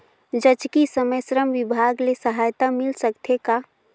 जचकी समय श्रम विभाग ले सहायता मिल सकथे का?